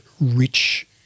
rich